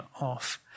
off